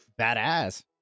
Badass